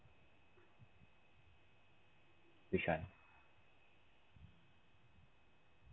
which one